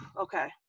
okay